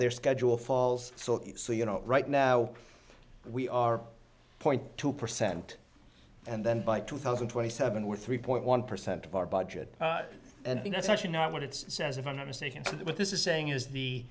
their schedule falls so so you know right now we are point two percent and then by two thousand and twenty seven we're three point one percent of our budget and been that's actually not what it's as if i'm not mistaken but this is saying is the